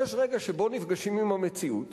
יש רגע שבו נפגשים עם המציאות